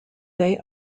they